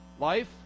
life